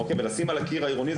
אוקי ולשים על הקיר העירוני,